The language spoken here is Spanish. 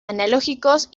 analógicos